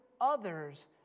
others